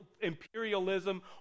imperialism